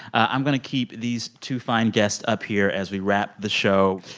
i'm going to keep these two fine guests up here as we wrap the show.